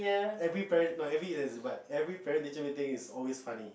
every parent not every year is but every parent teacher meeting is always funny